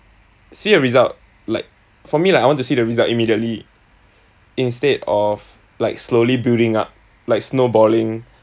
see a result like for me like I want to see the result immediately instead of like slowly building up like snowballing